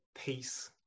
Peace